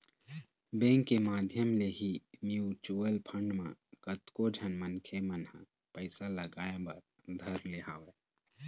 bank के माधियम ले ही म्यूचुवल फंड म कतको झन मनखे मन ह पइसा लगाय बर धर ले हवय